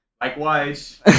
Likewise